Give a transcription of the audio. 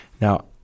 Now